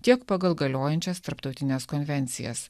tiek pagal galiojančias tarptautines konvencijas